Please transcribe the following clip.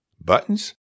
Buttons